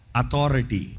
authority